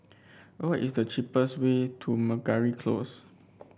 what is the cheapest way to Meragi Close